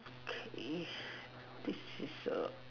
okay this is a